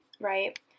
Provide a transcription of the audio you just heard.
right